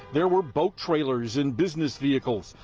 there were boat trailers and business vehicles.